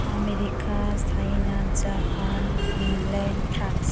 America China Japan England France